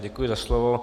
Děkuji za slovo.